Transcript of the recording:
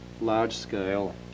large-scale